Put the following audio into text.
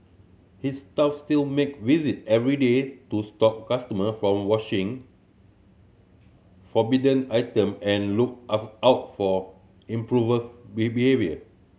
his staff still make visit every day to stop customer from washing forbidden item and look out for behaviour